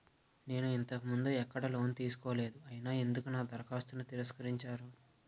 నేను ఇంతకు ముందు ఎక్కడ లోన్ తీసుకోలేదు అయినా ఎందుకు నా దరఖాస్తును తిరస్కరించారు?